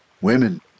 women